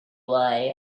why